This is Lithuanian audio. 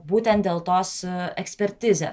būtent dėl tos ekspertizė